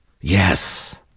Yes